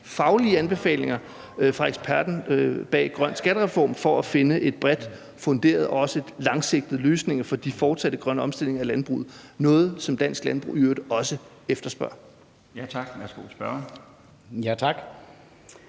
faglige anbefalinger fra eksperten bag grøn skattereform for at finde bredt funderede og også langsigtede løsninger for de fortsatte grønne omstillinger af landbruget. Det er noget, som dansk landbrug i øvrigt også efterspørger.